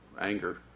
anger